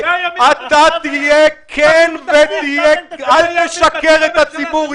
תהיה כן ואל תשקר לציבור.